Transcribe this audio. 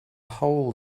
hole